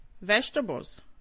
Vegetables